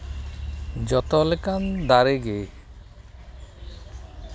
ᱡᱚᱛᱚ ᱞᱮᱠᱟᱱ ᱫᱟᱨᱮᱜᱮ